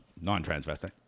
non-transvestite